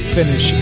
finish